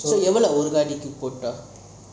so you going to